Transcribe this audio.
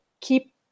keep